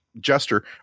Jester